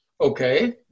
Okay